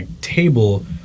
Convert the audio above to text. table